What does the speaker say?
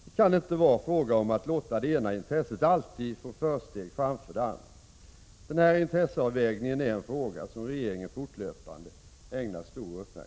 Det kan inte vara fråga om att låta det ena intresset alltid få försteg framför det andra. Denna intresseavvägning är en fråga som regeringen fortlöpande ägnar stor uppmärksamhet.